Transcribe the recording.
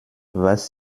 was